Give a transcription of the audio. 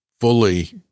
fully